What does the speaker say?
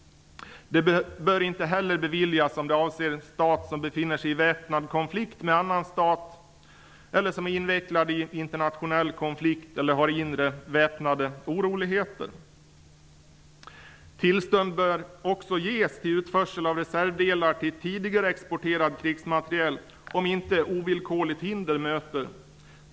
Det bör inte heller beviljas om det avser stat som befinner sig i väpnad konflikt med annan stat eller som är invecklad i internationell konflikt eller har inre väpnade oroligheter. Tillstånd bör ges till utförsel av reservdelar till tidigare exporterad krigsmateriel, om inte ovillkorligt hinder möter.